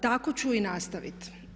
Tako ću i nastaviti.